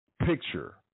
picture